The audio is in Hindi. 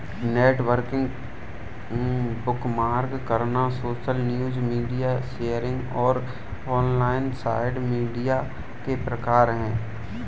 नेटवर्किंग, बुकमार्क करना, सोशल न्यूज, मीडिया शेयरिंग और ऑनलाइन साइट मीडिया के प्रकार हैं